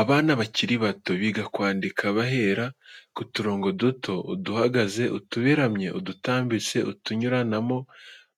Abana bakiri bato biga kwandika bahera ku turongo duto, uduhagaze, utuberamye, udutambitse, utunyuranamo,